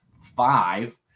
five